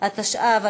חוק